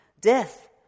Death